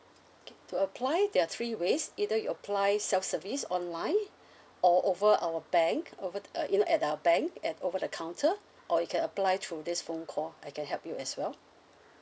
okay to apply there are three ways either you apply self-service online or over our bank over the you know at our bank at over the counter or you can apply through this phone call I can help you as well